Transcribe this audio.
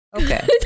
Okay